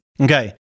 Okay